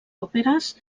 òperes